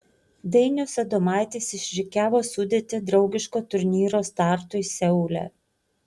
dainius adomaitis išrikiavo sudėtį draugiško turnyro startui seule